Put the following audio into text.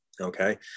Okay